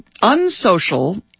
Unsocial